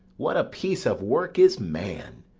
what a piece of work is man!